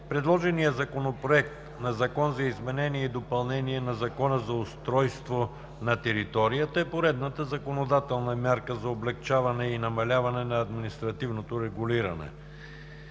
Предложеният законопроект на Закон за изменение и допълнение в Закона за устройство на територията е поредната законодателна мярка за намаляване на административното регулиране.